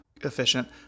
efficient